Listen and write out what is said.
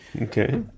Okay